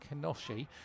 Kenoshi